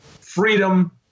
freedom